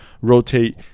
rotate